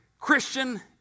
Christian